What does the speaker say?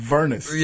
Vernus